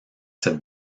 cette